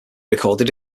recorded